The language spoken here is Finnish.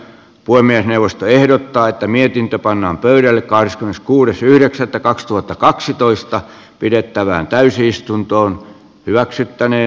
puhemiesneuvosto ehdottaa että mietintö pannaan pöydälle kahdeskymmeneskuudes yhdeksättä kaksituhattakaksitoista pidettävään täysistuntoon hyväksyttänee